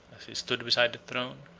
as he stood beside the throne,